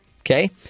okay